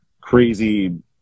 crazy